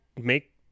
make